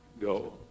go